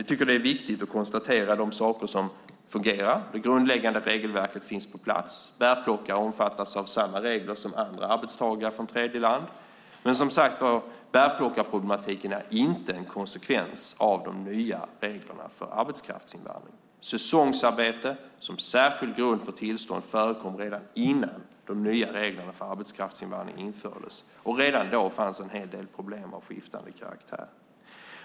Vi tycker att det är viktigt att konstatera de saker som fungerar. Det grundläggande regelverket finns på plats. Bärplockare omfattas av samma regler som andra arbetstagare från tredjeland. Men bärplockarproblematiken är inte, som sagt var, en konsekvens av de nya reglerna för arbetskraftsinvandring. Säsongsarbete som särskild grund för tillstånd förekom redan innan de nya reglerna för arbetskraftsinvandring infördes, och redan då fanns en hel del problem av skiftande karaktär.